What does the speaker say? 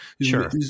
Sure